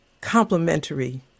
complimentary